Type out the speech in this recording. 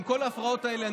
עם כל ההפרעות האלה,